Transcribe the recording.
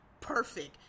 perfect